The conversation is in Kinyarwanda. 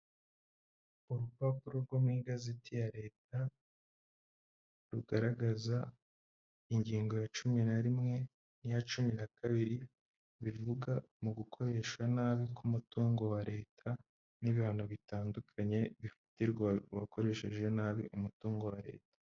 Urupapuro rwo mu igazeti ya leta rugaragaza ingingo ya cumi na rimwe n'iya cumi na kabiri, bivuga mu gukoresha nabi k'umutungo wa leta, n'ibihano bitandukanye bifatirwa uwakoresheje nabi umutungo wa leta.